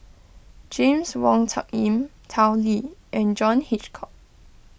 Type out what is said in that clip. James Wong Tuck Yim Tao Li and John Hitchcock